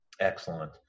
Excellent